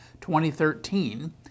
2013